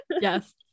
Yes